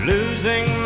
Losing